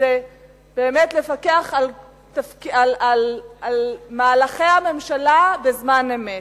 הוא לפקח על מהלכי הממשלה בזמן אמת.